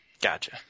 gotcha